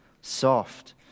soft